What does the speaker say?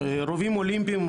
רובים אולימפיים,